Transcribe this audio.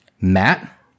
Matt